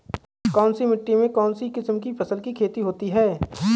कौनसी मिट्टी में कौनसी किस्म की फसल की खेती होती है?